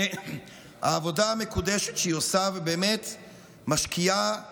העבודה המקודשת שהיא עושה ובאמת משקיעה